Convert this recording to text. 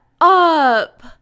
up